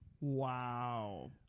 wow